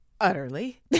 Utterly